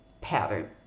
pattern